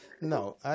No